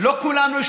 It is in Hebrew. לא כולנו דומים,